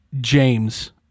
James